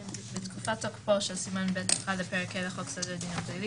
42. בתקופת תוקפו של סימן ב'1 לפרק ה' לחוק סדר הדין הפלילי